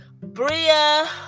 Bria